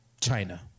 China